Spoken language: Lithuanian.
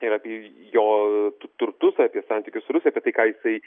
ir apie jo turtus apie santykius su rusija apie tai ką jisai